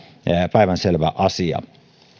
päivänselvä asia